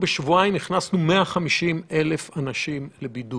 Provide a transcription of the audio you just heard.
בפרק זמן של שבועיים הכנסנו 150,000 אנשים לבידוד.